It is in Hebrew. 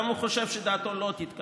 גם אם הוא חושב שדעתו לא תתקבל.